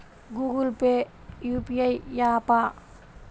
Google Pay UPI య్యాపా?